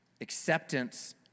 Acceptance